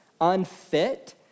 unfit